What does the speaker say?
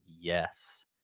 yes